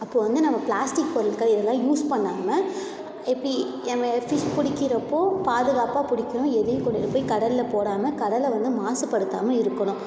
அப்போது வந்து நம்ம ப்ளாஸ்டிக் பொருட்கள் இதெல்லாம் யூஸ் பண்ணாமல் எப்படி நம்ம ஃபிஷ் பிடிக்கிறப்போ பாதுகாப்பாப் பிடிக்கிணும் எதையும் கொண்டுகிட்டுப் போய் கடல்ல போடாமல் கடலை வந்து மாசுப்படுத்தாமல் இருக்கணும்